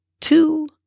two